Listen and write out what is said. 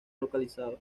localizado